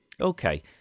Okay